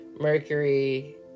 Mercury